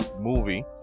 movie